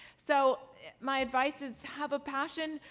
so my advice is have a passion,